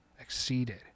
exceeded